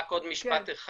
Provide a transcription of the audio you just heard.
רק עוד משפט אחד.